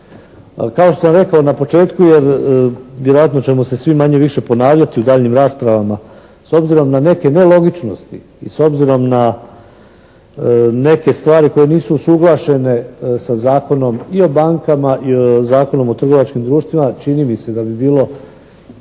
Kao što sam rekao na početku jer vjerojatno ćemo se svi manje-više ponavljati u daljnjim raspravama. S obzirom na neke nelogičnosti i s obzirom na neke stvari koje nisu usuglašene sa Zakonom i o bankama i Zakonom o trgovačkim društvima čini mi se da bi bilo